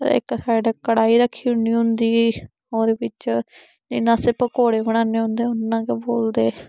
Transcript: फिर इक साइड कढ़ाई रक्खी उड़नी होंदी ओह्दे बिच्च जियां अस जियां पकौड़े बनाने हुन्दे उयां गै बोलदे